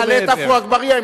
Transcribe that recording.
נעלה את עפו אגבאריה.